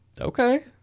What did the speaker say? Okay